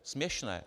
Směšné.